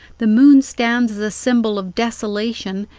the moon stands as a symbol of desolation,